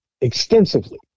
extensively